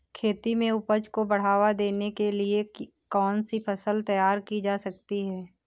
खेती में उपज को बढ़ावा देने के लिए कौन सी फसल तैयार की जा सकती है?